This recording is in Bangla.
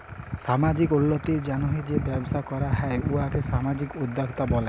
সামাজিক উল্লতির জ্যনহে যে ব্যবসা ক্যরা হ্যয় উয়াকে সামাজিক উদ্যোক্তা ব্যলে